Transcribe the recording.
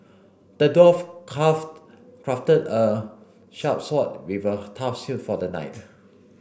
the dwarf craft crafted a sharp sword tough shield for the knight